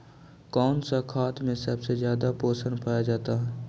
कौन सा खाद मे सबसे ज्यादा पोषण पाया जाता है?